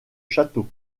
château